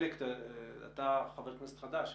אתה חבר כנסת חדש.